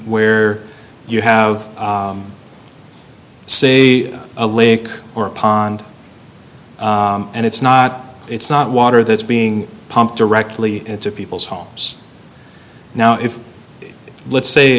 where you have see a lake or pond and it's not it's not water that's being pumped directly into people's homes now if let's say